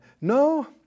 No